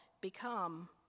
become